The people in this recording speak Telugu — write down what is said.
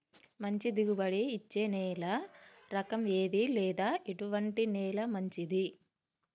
మంచి దిగుబడి ఇచ్చే నేల రకం ఏది లేదా ఎటువంటి నేల మంచిది?